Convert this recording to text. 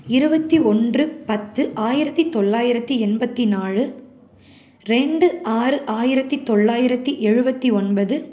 இருபத்தி ஒன்று பத்து ஆயிரத்தி தொள்ளாயிரத்தி எண்பத்தி நாலு ரெண்டு ஆறு ஆயிரத்தி தொள்ளாயிரத்தி எழுபத்தி ஒன்பது